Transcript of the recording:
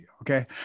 Okay